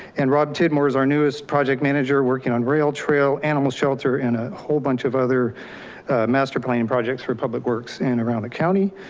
and rob ted moore is our newest project manager working on rail trail, animal shelter and a whole bunch of other master planning projects for public works in, around the county.